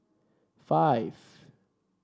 five